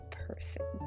person